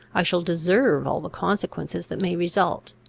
i shall deserve all the consequences that may result.